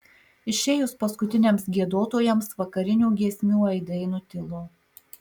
išėjus paskutiniams giedotojams vakarinių giesmių aidai nutilo